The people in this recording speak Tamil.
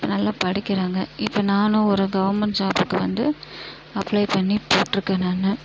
நல்லா படிக்கிறாங்க இப்போ நானும் ஒரு கவர்மெண்ட் ஜாபுக்கு வந்து அப்ளை பண்ணி போட்டிருக்கேன் நான்